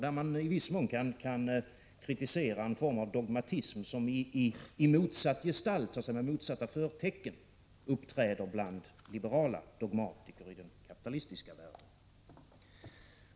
Man kan i viss mån kritisera en form av dogmatism i motsatt gestalt, dvs. som med motsatta förtecken uppträder bland liberala dogmatiker i den kapitalistiska världen.